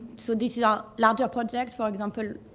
so this is our larger project. for example,